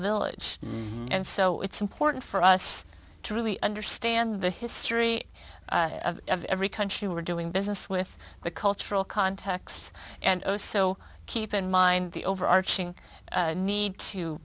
village and so it's important for us to really understand the history of every country we're doing business with the cultural context and also keep in mind the overarching need to